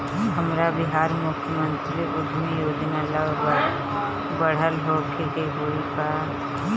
हमरा बिहार मुख्यमंत्री उद्यमी योजना ला पढ़ल होखे के होई का?